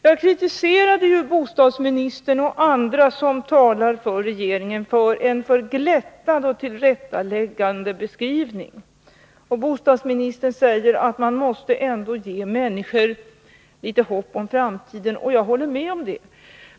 Jag kritiserade bostadsministern och andra som talar för regeringen för en alltför glättad och tillrättaläggande beskrivning. Bostadsministern säger att man måste ge människor litet hopp om framtiden. Jag håller med om det.